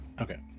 Okay